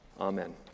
Amen